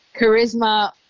charisma